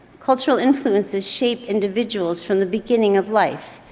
cultural influences shape individuals from the beginning of life.